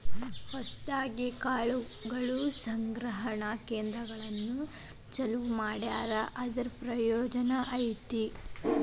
ಹೊಸದಾಗಿ ಕಾಳು ಸಂಗ್ರಹಣಾ ಕೇಂದ್ರಗಳನ್ನು ಚಲುವ ಮಾಡ್ಯಾರ ಅದರ ಪ್ರಯೋಜನಾ ಪಡಿಯುದು